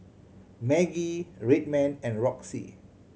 Maggi Red Man and Roxy